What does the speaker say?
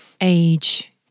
age